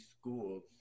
schools